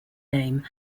name